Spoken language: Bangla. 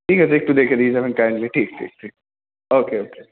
ঠিক আছে একটু দেখে দিয়ে যাবেন কাইন্ডলি ঠিক ঠিক ঠিক ওকে ওকে